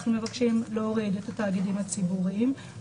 אנחנו מבקשים להוריד את התאגידים הציבוריים.